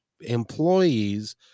employees